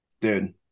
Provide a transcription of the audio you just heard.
dude